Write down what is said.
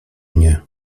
nie